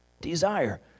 Desire